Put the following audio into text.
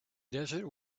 desert